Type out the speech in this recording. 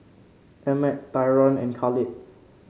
Emmet Tyron and Khalid